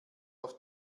auf